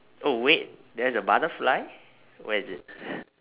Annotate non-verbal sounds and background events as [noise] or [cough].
oh wait there's a butterfly where is it [breath]